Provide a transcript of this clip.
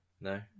no